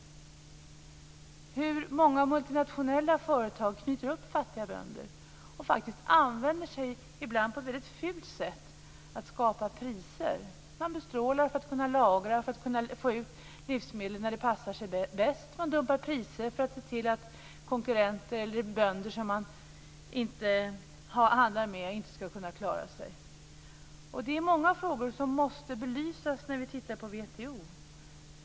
Många multinationella företag knyter upp fattiga bönder och använder sig ibland av ett väldigt fult sätt att skapa priser. Man bestrålar livsmedlet för att kunna lagra det och få ut det när det passar sig bäst. Man dumpar priser för att se till att konkurrenter eller bönder som man inte handlar med inte ska kunna klara sig. Det är många frågor som måste belysas när vi tittar på WTO.